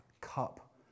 cup